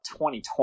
2020